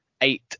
eight